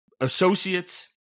associates